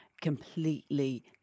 completely